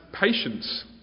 patience